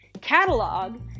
catalog